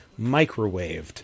microwaved